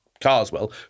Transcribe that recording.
Carswell